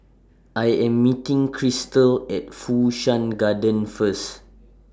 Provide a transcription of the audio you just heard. I Am meeting Crystal At Fu Shan Garden First